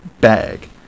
bag